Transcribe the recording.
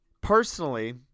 personally